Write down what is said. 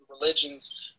religions